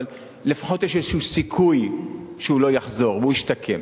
אבל לפחות יש איזה סיכוי שהוא לא יחזור והוא ישתקם.